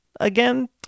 again